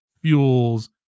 fuels